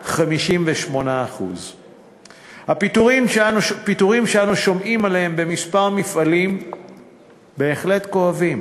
63.58%. הפיטורים שאנו שומעים עליהם בכמה מפעלים בהחלט כואבים,